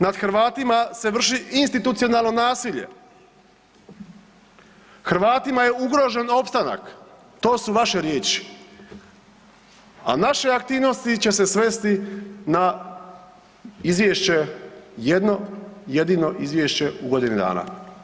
Nad Hrvatima se vrši institucionalno nasilje, Hrvatima je ugrožen opstanak“, to su vaše riječi, a naše aktivnosti će se svesti na izvješće jedno jedino izvješće u godini dana.